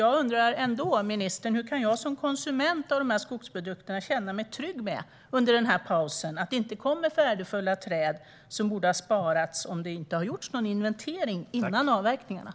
Jag undrar ändå, ministern: Kan jag som konsument av skogsprodukter känna mig trygg under pausen med att värdefulla träd som borde sparas inte avverkas innan det görs en inventering?